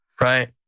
Right